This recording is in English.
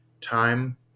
time